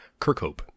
Kirkhope